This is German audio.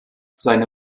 seine